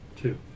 two